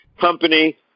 company